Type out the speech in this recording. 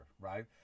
right